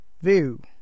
View